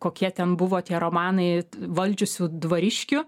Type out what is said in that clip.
kokie ten buvo tie romanai valdžiusių dvariškių